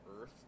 Earth